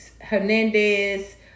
Hernandez